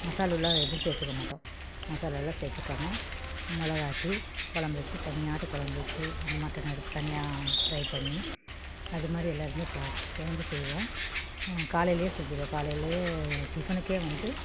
மசால் உள்ளார எதுவும் சேர்த்துக்க மாட்டோம் மசாலால்லாம் சேர்த்துக்காம மிளகா ஆட்டி கொழம்பு வச்சு தண்ணியாட்ட கொழம்பு வச்சு அந்த மட்டன் எடுத்து தனியாக ஃப்ரை பண்ணி அதுமாதிரி எல்லாருமே சா சேர்ந்து செய்வோம் காலையிலேயே செஞ்சிடுவோம் காலையிலேயே டிஃபனுக்கே வந்து